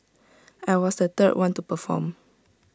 I was the third one to perform